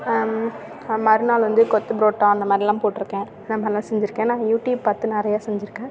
மறுநாள் வந்து கொத்து பரோட்டா அந்த மாதிரிலாம் போட்டிருக்கேன் இந்த மாதிரிலாம் செஞ்சிருக்கேன் நான் யூடியூப் பார்த்து நிறையா செஞ்சிருக்கேன்